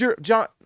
john